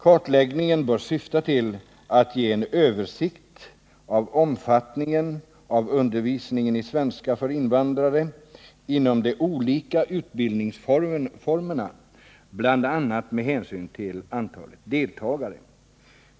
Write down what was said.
—-—-- Kartläggningen bör syfta till att ge en översikt av omfattningen av undervisning i svenska för invandrare inom de olika utbildningsformerna bl.a. med hänsyn till antalet deltagare.